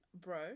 bro